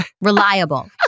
reliable